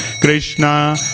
Krishna